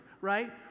right